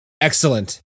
Excellent